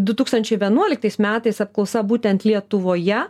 du tūkstančiai vienuoliktais metais apklausa būtent lietuvoje